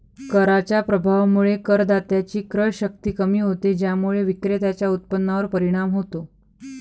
कराच्या प्रभावामुळे करदात्याची क्रयशक्ती कमी होते, ज्यामुळे विक्रेत्याच्या उत्पन्नावर परिणाम होतो